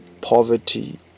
poverty